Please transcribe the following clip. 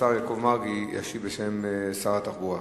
השר יעקב מרגי ישיב בשם שר התחבורה.